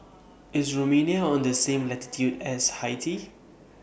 IS Romania on The same latitude as Haiti